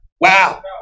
Wow